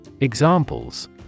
Examples